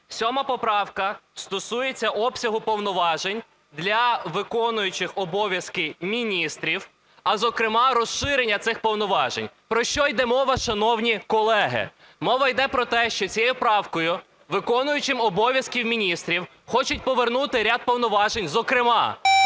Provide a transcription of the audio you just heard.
7 поправка стосується обсягу повноважень для виконуючих обов'язки міністрів, а зокрема розширення цих повноважень. Про що йде мова, шановні колеги? Мова йде про те, що цією правкою виконуючим обов'язки міністрів хочуть повернути ряд повноважень, зокрема,